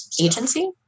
agency